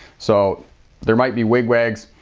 so there might be wig-wags.